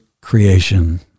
creation